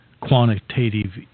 quantitative